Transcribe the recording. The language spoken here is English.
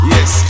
Yes